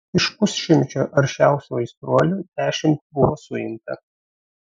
iš pusšimčio aršiausių aistruolių dešimt buvo suimta